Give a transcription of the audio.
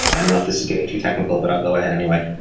i don't know if this is getting too technical, but i'll go ahead anyway.